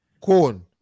Corn